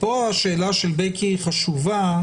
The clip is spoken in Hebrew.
ופה השאלה של בקי חשובה,